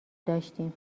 داشتیم